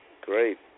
Great